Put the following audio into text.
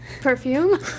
Perfume